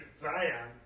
Zion